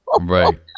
Right